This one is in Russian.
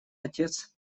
отец